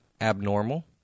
abnormal